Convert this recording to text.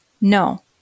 no